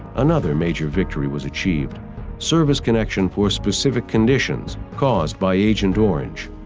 another major victory was achieved service-connection for specific conditions caused by agent orange.